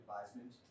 advisement